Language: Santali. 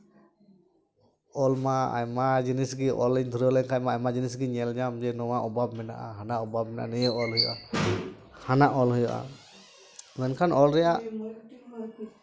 ᱚᱞ ᱢᱟ ᱟᱭᱢᱟ ᱡᱤᱱᱤᱥ ᱜᱮ ᱚᱞᱤᱧ ᱫᱷᱩᱨᱟᱹᱣ ᱞᱮᱱᱠᱷᱟᱡ ᱢᱟ ᱟᱭᱢᱟ ᱡᱤᱱᱤᱥ ᱜᱮ ᱧᱮᱞ ᱧᱟᱢ ᱡᱮ ᱱᱚᱣᱟ ᱚᱵᱷᱟᱵ ᱢᱮᱱᱟᱜᱼᱟ ᱦᱟᱱᱟ ᱚᱵᱷᱟᱵ ᱢᱮᱱᱟᱜᱼᱟ ᱱᱤᱭᱟᱹ ᱚᱞ ᱦᱩᱭᱩᱜᱼᱟ ᱦᱟᱱᱟ ᱚᱞ ᱦᱩᱭᱩᱜᱼᱟ ᱢᱮᱱᱠᱷᱟᱱ ᱚᱞ ᱨᱮᱭᱟᱜ